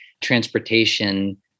transportation